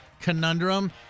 conundrum